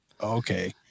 Okay